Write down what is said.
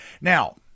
Now